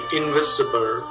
invisible